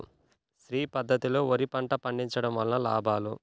శ్రీ పద్ధతిలో వరి పంట పండించడం వలన లాభాలు?